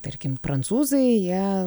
tarkim prancūzai jie